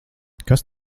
kas